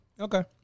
Okay